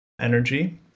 energy